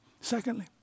Secondly